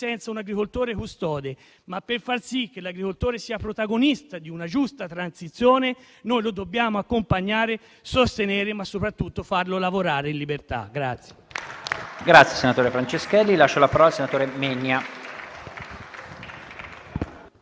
senza un agricoltore custode; per far sì che l'agricoltore sia protagonista di una giusta transizione, dobbiamo accompagnarlo e sostenerlo, ma soprattutto farlo lavorare in libertà.